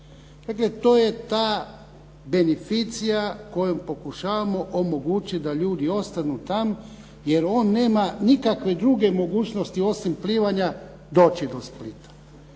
Dakle, to je ta beneficija kojom pokušavamo omogućiti da ljudi ostanu tamo jer on nema nikakve druge mogućnosti, osim plivanja, doći do Splita.